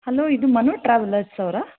hello ಇದು Manu travellers ಅವರಾ